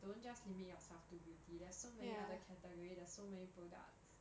don't just limit yourself to beauty there's so many other category there are so many products